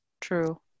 True